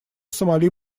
сомали